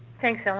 thanks, so